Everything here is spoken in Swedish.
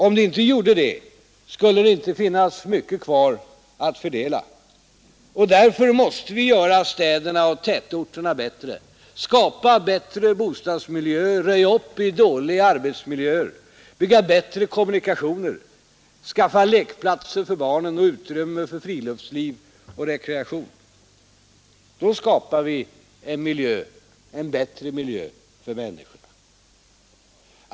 Om de inte gjorde det skulle det inte finnas mycket kvar att fördela. Och därför måste vi göra städerna och tätorterna bättre — skapa bättre bostadsmiljöer, röja upp i dåliga arbetsmiljöer, bygga bättre kommunikationer, skaffa lekplatser för barnen och utrymme för friluftsliv och rekreation. Då skapar vi en miljö, en bättre miljö, för människorna.